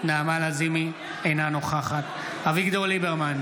אינה נוכחת אביגדור ליברמן,